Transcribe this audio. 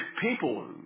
people